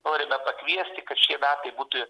norime pakviesti kad šie metai būtų